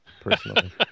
personally